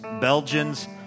Belgians